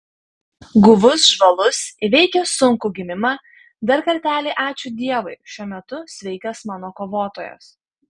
guvus žvalus įveikęs sunkų gimimą dar kartelį ačiū dievui šiuo metu sveikas mano kovotojas